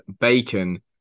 bacon